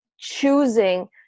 choosing